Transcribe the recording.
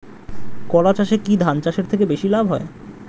কলা চাষে কী ধান চাষের থেকে বেশী লাভ হয়?